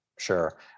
Sure